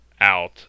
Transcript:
out